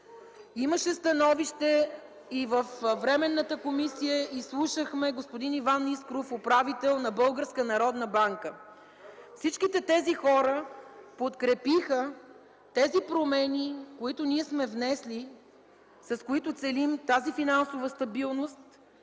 Имаше становище и във Временната комисия слушахме господин Иван Искров – управител на Българска народна банка. Всички тези хора подкрепиха тези промени, които сме внесли, с които целим тази финансова стабилност